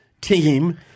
team